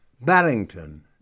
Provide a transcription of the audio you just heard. Barrington